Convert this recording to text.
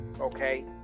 Okay